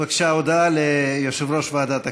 בבקשה, הודעה ליושב-ראש ועדת הכנסת.